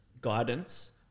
Guidance